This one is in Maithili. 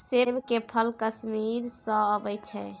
सेब के फल कश्मीर सँ अबई छै